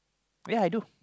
ya I do